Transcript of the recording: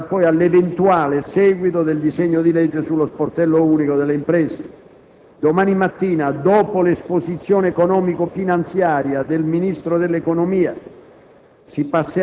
Si passerà poi all'eventuale seguito del disegno di legge sullo sportello unico delle imprese. Domani mattina, dopo l'esposizione economico-finanziaria del Ministro dell'economia,